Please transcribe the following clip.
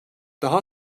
daha